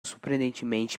surpreendentemente